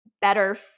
better